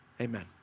Amen